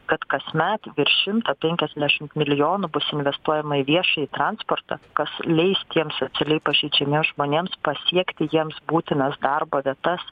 kad kasmet virš šimto penkiasdešimt milijonų bus investuojama į viešąjį transportą kas leis tiems socialiai pažeidžiamiems žmonėms pasiekti jiems būtinas darbo vietas